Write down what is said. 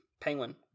Penguin